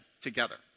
together